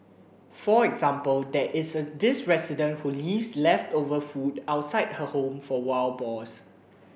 for example there is this resident who leaves leftover food outside her home for wild boars